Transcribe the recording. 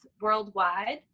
worldwide